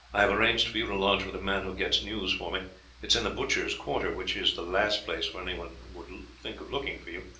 i have arranged for you to lodge with a man who gets news for me it is in the butchers' quarter, which is the last place where anyone would think of looking for you.